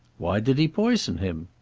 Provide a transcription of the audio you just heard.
why did he poison him?